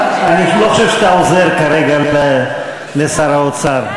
אני לא חושב שאתה עוזר כרגע לשר האוצר.